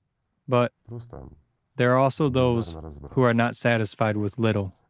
but there are also those who are not satisfied with little,